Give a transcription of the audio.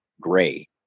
gray